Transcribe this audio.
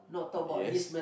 yes